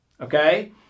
Okay